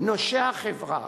נושי החברה